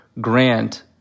grant